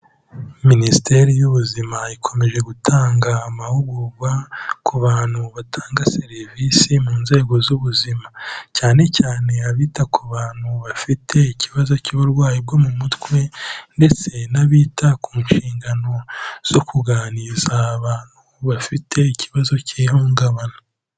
Minisiteri y'ubuzima ikomeje gutanga amahugurwa ku bantu batanga serivisi mu nzego z'ubuzima cyane cyane abita ku bantu bafite ikibazo cy'uburwayi bwo mu mutwe ndetse n'abita ku nshingano zo kuganiriza abantu bafite ikibazo k'ihungabana.